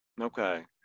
Okay